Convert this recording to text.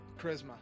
charisma